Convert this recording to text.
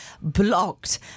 blocked